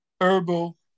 herbal